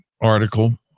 article